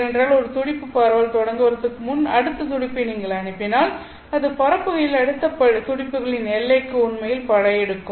ஏனென்றால் ஒரு துடிப்பு பரவல் தொடங்குவதற்கு முன் அடுத்த துடிப்பை நீங்கள் அனுப்பினால் அது பரப்புகையில் அடுத்த துடிப்புகளின் எல்லைக்குள் உண்மையில் படையெடுக்கும்